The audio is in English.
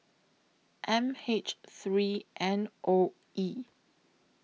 M H three N O E